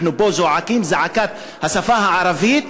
אנחנו פה זועקים זעקת השפה הערבית,